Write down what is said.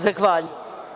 Zahvaljujem.